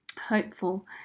hopeful